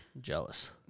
Jealous